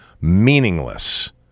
meaningless